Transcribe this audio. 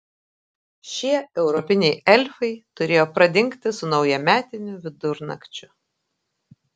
šie europiniai elfai turėjo pradingti su naujametiniu vidurnakčiu